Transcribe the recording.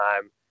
time